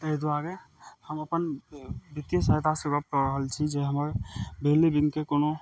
अइ दुआरे हम अपन वित्तीय सहायता सेहो कऽ रहल छी जे हमर बिजली बिलके कोनो